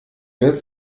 wird